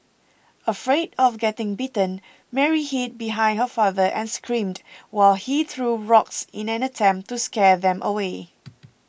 afraid of getting bitten Mary hid behind her father and screamed while he threw rocks in an attempt to scare them away